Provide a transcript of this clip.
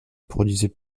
produisait